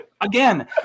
Again